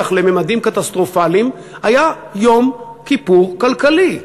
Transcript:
לממדים קטסטרופליים היה יום-כיפור כלכלי.